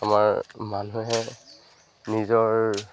আমাৰ মানুহে নিজৰ